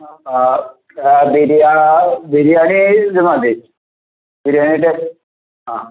നോക്കാൻ ബിരിയാ ബിരിയാണി ഇത് മതി ബിരിയാണി ആയിട്ട് ആ